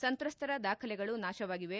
ಸಂತ್ರಸ್ತರ ದಾಖಲೆಗಳು ನಾಶವಾಗಿವೆ